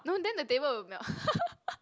no then the table will melt